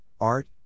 art